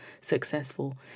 successful